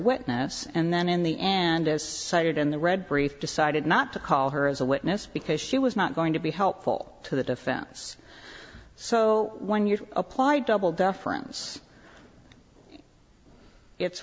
witness and then in the end as cited in the red brief decided not to call her as a witness because she was not going to be helpful to the defense so when you apply double deference it's